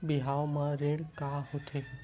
बिहाव म ऋण का होथे?